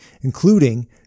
including